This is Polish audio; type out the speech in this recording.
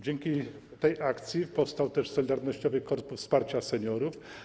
Dzięki tej akcji powstał też Solidarnościowy Korpus Wsparcia Seniorów.